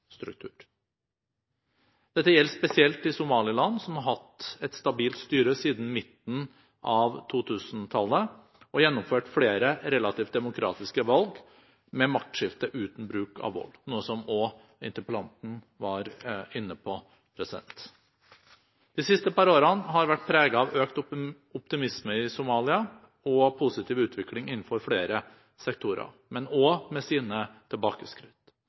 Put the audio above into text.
gjelder spesielt i Somaliland, som har hatt et stabilt styre siden midten av 2000-tallet og gjennomført flere relativt demokratiske valg med maktskifter uten bruk av vold – noe som også interpellanten var inne på. De siste par årene har vært preget av økt optimisme i Somalia og en positiv utvikling innenfor flere sektorer, men de har også hatt sine tilbakeskritt.